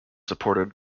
supported